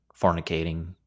fornicating